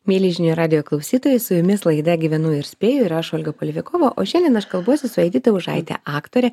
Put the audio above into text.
mieli žinių radijo klausytojai su jumis laida gyvenu ir spėju ir aš olga poliavikova o šiandien aš kalbuosi su edita užaite aktore